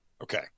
okay